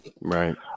Right